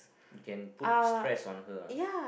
you can put stress on her ah